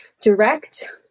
direct